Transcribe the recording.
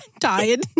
Tired